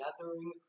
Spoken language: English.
gathering